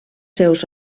seus